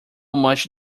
much